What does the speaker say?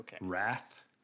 wrath